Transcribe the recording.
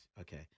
okay